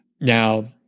Now